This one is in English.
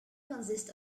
consist